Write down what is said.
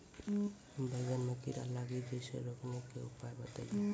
बैंगन मे कीड़ा लागि जैसे रोकने के उपाय बताइए?